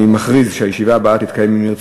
לפיכך אני קובע שהצעת חוק מבקר המדינה (תיקון מס'